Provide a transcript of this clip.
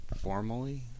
formally